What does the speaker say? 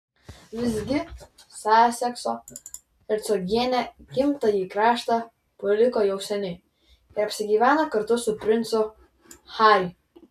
visgi sasekso hercogienė gimtąjį kraštą paliko jau seniai ir apsigyveno kartu su princu harry